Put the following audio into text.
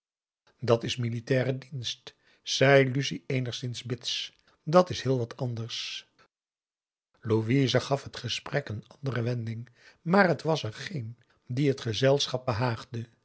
dat is militaire dienst zei lucie eenigszins bits dat is heel wat anders p a daum de van der lindens c s onder ps maurits louise gaf het gesprek een andere wending maar t was er geen die het gezelschap